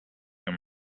your